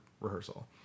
rehearsal